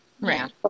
Right